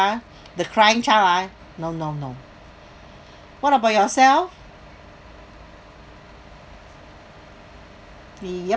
the crying child ah no no no what about yourself yup